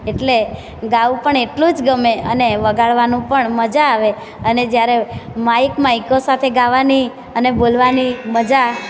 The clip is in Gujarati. એટલે ગાવું પણ એટલું જ ગમે અને વગાડવાનું પણ મજા આવે અને જ્યારે માઈક માઈકો સાથે ગાવાની અને બોલવાની મજા